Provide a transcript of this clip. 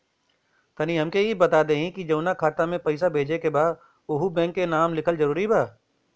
तनि हमके ई बता देही की जऊना खाता मे पैसा भेजे के बा ओहुँ बैंक के नाम लिखल जरूरी बा?